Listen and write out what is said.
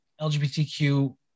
LGBTQ